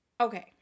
Okay